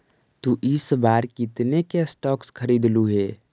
तु इस बार कितने के स्टॉक्स खरीदलु हे